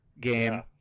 game